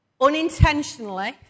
unintentionally